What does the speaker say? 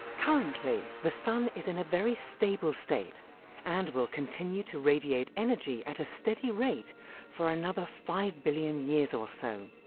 currently the sun is in a very stable state and will continue to radiate energy at a steady rate for another five billion years or so.